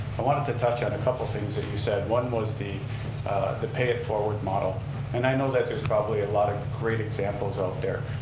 i wanted to touch on a couple things that you said. one was the the pay it forward model and i know that there's probably a lot of great examples out there.